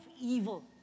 evil